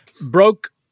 broke